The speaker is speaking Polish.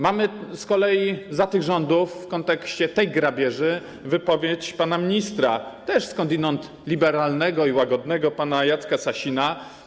Mamy z kolei za tych rządów w kontekście tej grabieży wypowiedź pana ministra, też skądinąd liberalnego i łagodnego pana Jacka Sasina.